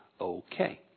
okay